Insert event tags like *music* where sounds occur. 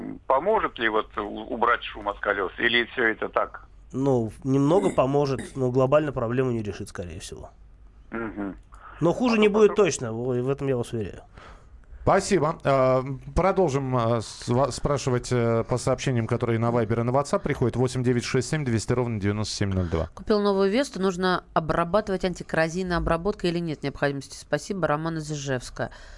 Поможет ли вот у- убрать шум от колес? Или всё это так? Ну, в- немного *clears throat* поможет, но глобально проблему не решит, скорее всего. Мгм. Но хуже А то не будет потом- точно, в- в этом я вас уверяю. Спасибо. А, м, продолжим, а, сва- спрашивать, э, по сообщениям, которые на Вайбер и на Ватсап приходят. 8 9 6 7 200 ровно 9702. Купил новую Весту. Нужно обрабатывать антикоррозийной обработкой или нет необходимости? Спасибо. Роман из Ижевска.